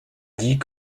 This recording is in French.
dit